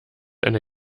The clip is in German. eine